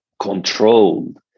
controlled